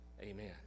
Amen